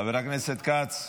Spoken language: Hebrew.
חבר הכנסת כץ,